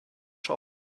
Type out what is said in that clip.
shop